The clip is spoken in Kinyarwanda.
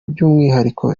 by’umwihariko